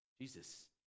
Jesus